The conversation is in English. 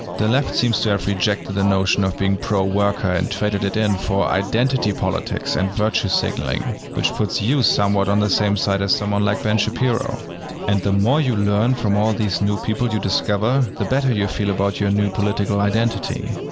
the left seems to have rejected the notion of being pro-worker and traded it in for identity politics and virtue signaling. which puts you somewhat on the same side as someone like ben shapiro and the more you learn from all these new people you discover, the better you feel about your new political identity.